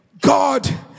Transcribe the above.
God